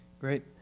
Great